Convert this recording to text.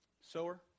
sower